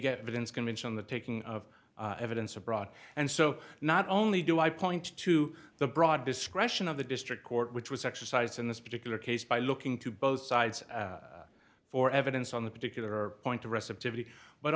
get riddance convention the taking of evidence abroad and so not only do i point to the broad discretion of the district court which was exercised in this particular case by looking to both sides for evidence on the particular point to rest